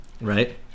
right